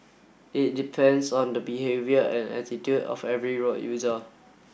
it depends on the behaviour and attitude of every road user